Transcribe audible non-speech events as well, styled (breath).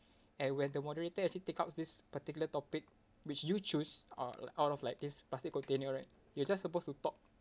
(breath) and when the moderator actually take out this particular topic which you choose out of out of like this plastic container right you're just supposed to talk